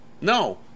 No